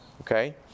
okay